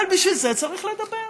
אבל בשביל זה צריך לדבר,